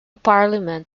parliament